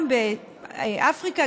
גם באפריקה,